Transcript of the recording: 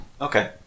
Okay